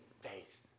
faith